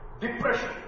depression